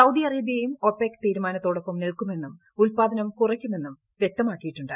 സൌദിഅറേബ്യയും OPEC തീരുമാനത്തോടൊപ്പം നിൽക്കുമെന്നും ഉത്പാദനം കുറയ്ക്കുമെന്നും വൃക്തമാക്കിയിട്ടുണ്ട്